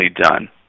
done